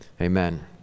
amen